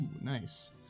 Nice